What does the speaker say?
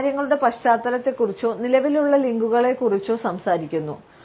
അവർ കാര്യങ്ങളുടെ പശ്ചാത്തലത്തെക്കുറിച്ചോ നിലവിലുള്ള ലിങ്കുകളെക്കുറിച്ചോ സംസാരിക്കുന്നു